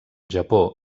japó